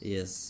Yes